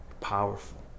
Powerful